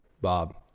Bob